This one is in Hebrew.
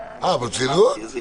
אה, ברצינות?